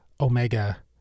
omega